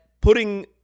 putting